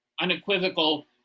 unequivocal